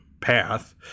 path